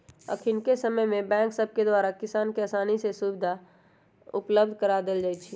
अखनिके समय में बैंक सभके द्वारा किसानों के असानी से सुभीधा उपलब्ध करा देल जाइ छइ